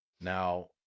Now